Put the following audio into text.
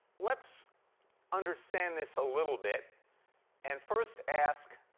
let's understand this a little bit and first ask,